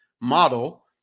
model